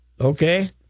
Okay